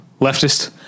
leftist